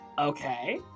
Okay